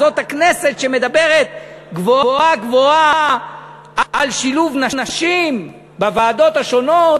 זאת הכנסת שמדברת גבוהה-גבוהה על שילוב נשים בוועדות השונות,